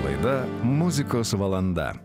laida muzikos valanda